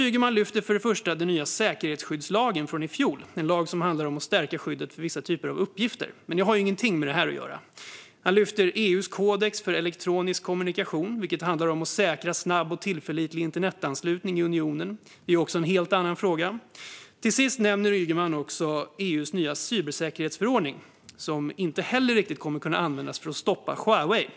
Ygeman lyfter fram den nya säkerhetsskyddslagen från i fjol, en lag som handlar om att stärka skyddet för vissa typer av uppgifter. Den har dock ingenting med det här att göra. Han lyfter fram EU:s kodex för elektronisk kommunikation, som handlar om att säkra snabb och tillförlitlig internetanslutning i unionen, vilket också är en helt annan fråga. Till sist nämner Ygeman EU:s nya cybersäkerhetsförordning, som inte heller kommer att kunna användas för att stoppa Huawei.